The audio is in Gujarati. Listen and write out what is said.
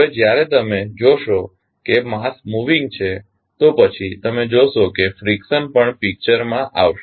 હવે જ્યારે તમે જોશો કે માસ મુવીંગ છે તો પછી તમે જોશો કે ફ્રીકશન પણ પિક્ચર માં આવશે